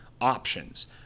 options